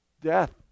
death